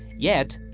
yet,